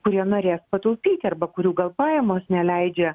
kurie norės pataupyti arba kurių gal pajamos neleidžia